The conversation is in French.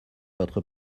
votre